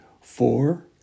four